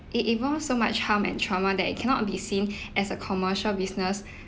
it involve so much harm and trauma that it cannot be seen as a commercial business